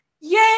Yay